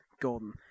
golden